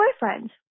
boyfriend